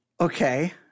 Okay